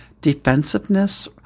defensiveness